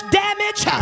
damage